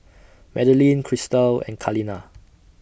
Madaline Christal and Kaleena